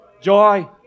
joy